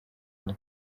vuba